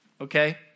okay